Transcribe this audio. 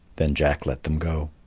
then jack let them go.